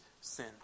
sin